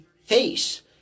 face